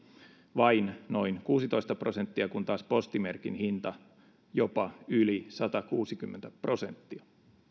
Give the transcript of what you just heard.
vain noin kuusitoista prosenttia kun taas postimerkin hinta jopa yli satakuusikymmentä prosenttia